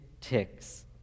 ticks